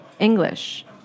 English